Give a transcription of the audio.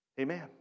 Amen